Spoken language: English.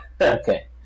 Okay